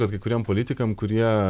kad kai kuriem politikam kurie